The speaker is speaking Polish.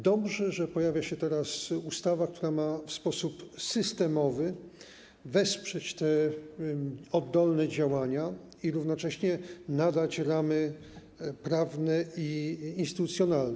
Dobrze, że pojawia się teraz ustawa, która ma w sposób systemowy wesprzeć te oddolne działania i równocześnie nadać ramy prawne i instytucjonalne.